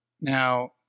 Now